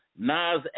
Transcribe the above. Nas